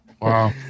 wow